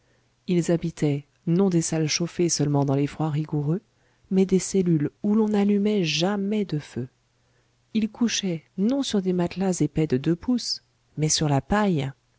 ils habitaient non des salles chauffées seulement dans les froids rigoureux mais des cellules où l'on n'allumait jamais de feu ils couchaient non sur des matelas épais de deux pouces mais sur la paille